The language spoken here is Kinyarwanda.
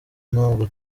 ntabwo